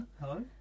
Hello